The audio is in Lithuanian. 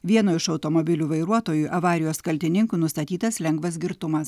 vieno iš automobilių vairuotojui avarijos kaltininkui nustatytas lengvas girtumas